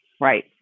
Right